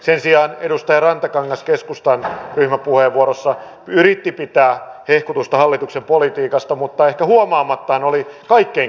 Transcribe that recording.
sen sijaan edustaja rantakangas keskustan ryhmäpuheenvuorossa yritti pitää hehkutusta hallituksen politiikasta mutta ehkä huomaamattaan oli kaikkein kriittisin